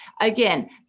again